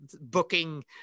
booking